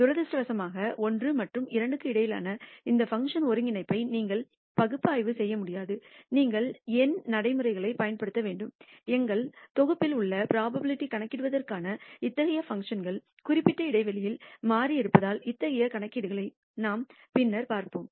துரதிர்ஷ்டவசமாக 1 மற்றும் 2 க்கு இடையில் இந்த பங்க்ஷன் ஒருங்கிணைப்பை நீங்கள் பகுப்பாய்வு செய்ய முடியாது நீங்கள் எண் நடைமுறைகளைப் பயன்படுத்த வேண்டும் எங்கள் தொகுப்பில் உள்ளது புரோபாபிலிடிஐக் கணக்கிடுவதற்கான இத்தகைய பங்க்ஷன்கள் குறிப்பிட்ட இடைவெளியில் மாறி இருப்பதால் அத்தகைய கணக்கீடுகளை நாம் பின்னர்பார்ப்போம்